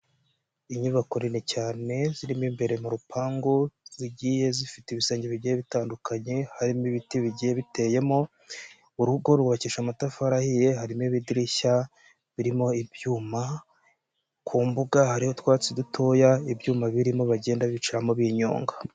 Inyubako nini cyane zirimo imbere mu rupangu, zigiye zifite ibisenge bigiye bitandukanye harimo ibiti bigiye biteyemo, urugo rwubakishije amatafari ahiye, harimo ibidirishya birimo ibyuma, ku mbuga hari utwatsi dutoya ibyuma birimo bagenda bicaramo binyonga.